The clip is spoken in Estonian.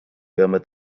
peame